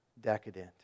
decadent